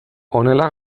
honela